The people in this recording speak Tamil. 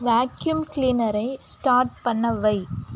வாக்யூம் கிளீனரை ஸ்டார்ட் பண்ண வை